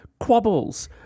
quabbles